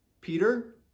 Peter